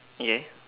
okay